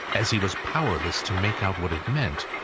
as he was powerless to make out what it meant,